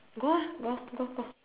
go ah go go go